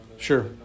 Sure